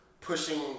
pushing